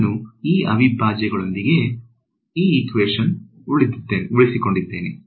ನಾನು ಈ ಅವಿಭಾಜ್ಯಗಳೊಂದಿಗೆ ಉಳಿದಿದ್ದೇನೆ